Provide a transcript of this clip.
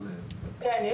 כן,